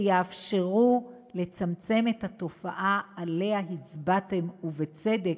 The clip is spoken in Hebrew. שיאפשרו לצמצם את התופעה שעליה הצבעתם, ובצדק,